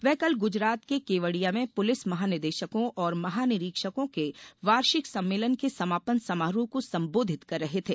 वे कल गुजरात के केवड़िया में पुलिस महानिदेशकों और महानिरीक्षकों के वार्षिक सम्मेलन के समापन समारोह को संबोधित कर रहे थे